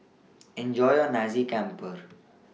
Enjoy your Nasi Campur